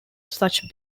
such